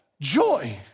joy